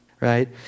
Right